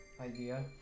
idea